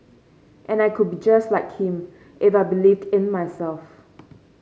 and I could be just like him if I believed in myself